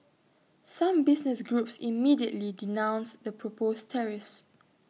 some business groups immediately denounced the proposed tariffs